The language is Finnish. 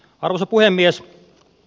arvoisa puhemies